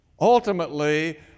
ultimately